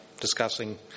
discussing